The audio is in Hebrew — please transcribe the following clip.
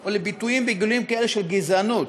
או לביטויים וגילויים כאלה של גזענות,